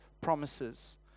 promises